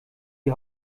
die